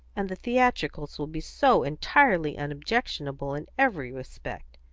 and the theatricals will be so entirely unobjectionable in every respect.